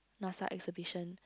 Nasa exhibition